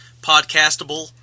podcastable